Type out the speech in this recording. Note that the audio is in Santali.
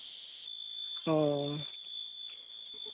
ᱚ